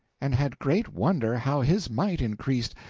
and had great wonder how his might increased,